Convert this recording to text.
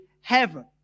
heaven